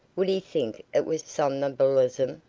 would he think it was somnambulism?